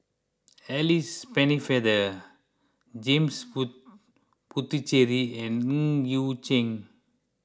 Alice Pennefather James Puthucheary and Ng Yi Sheng